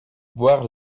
voir